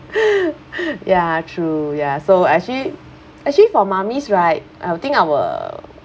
ya true ya so actually actually for mummies right I would think our